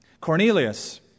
Cornelius